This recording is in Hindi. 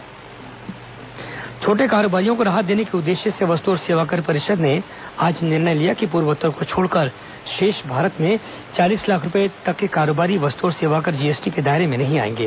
जीएसटी बैठक छोटे कारोबारियों को राहत देने के उद्देश्य से वस्तु और सेवाकर परिषद ने आज निर्णय लिया कि पूर्वोत्तर को छोड़कर शेष भारत में चालीस लाख रूपये तक के कारोबारी वस्तु और सेवाकर जीएसटी के दायरे में नहीं आएंगे